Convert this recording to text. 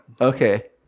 Okay